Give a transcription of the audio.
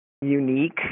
Unique